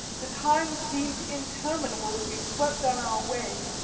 the time seemed interminable as we swept on our way,